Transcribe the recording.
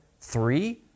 Three